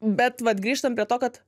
bet vat grįžtant prie to kad